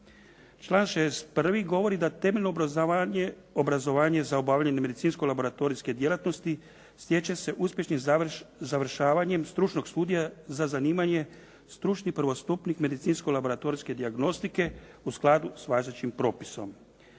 Članak 61. govori da temeljno obrazovanje za obavljanje medicinsko laboratorijske djelatnosti stječe se uspješnim završavanjem stručnog studija za zanimanje stručni prvostupnik medicinsko laboratorijske dijagnostike u skladu sa važećim propisom.